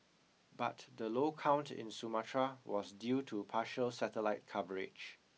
but the low count in Sumatra was due to partial satellite coverage